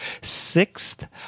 sixth